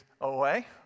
away